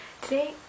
Today